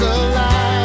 alive